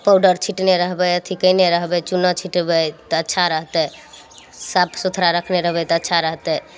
powder छिटने रहबै एथी कयने रहबै चुन्ना छिटबै तऽ अच्छा रहतै साफ सुथड़ा रखने रहबै तऽ अच्छा रहतै